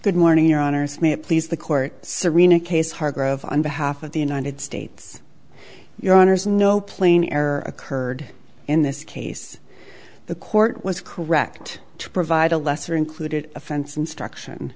good morning your honor it's me it please the court serena case hargrove on behalf of the united states your honors know plain error occurred in this case the court was correct to provide a lesser included offense instruction